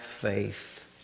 faith